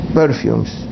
perfumes